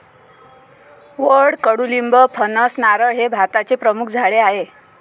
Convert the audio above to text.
वड, कडुलिंब, फणस, नारळ हे भारताचे प्रमुख झाडे आहे